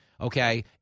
Okay